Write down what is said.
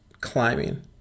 climbing